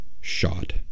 Shot